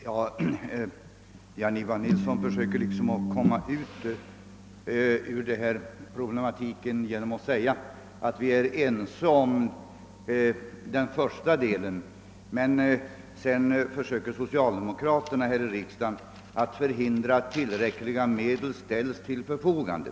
Herr talman! Herr Nilsson i Tvärålund försöker komma ifrån denna problematik genom att säga att vi är ense i princip men att socialdemokraterna här i riksdagen försöker förhindra att tillräckligt med medel ställs till förfogande.